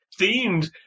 themed